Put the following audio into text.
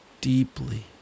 deeply